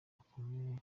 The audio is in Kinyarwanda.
bakomeye